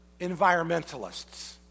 environmentalists